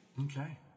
Okay